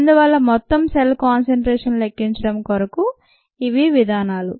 అందువల్ల మొత్తం cell concentration లెక్కించడం కొరకు ఇవి విధానాలు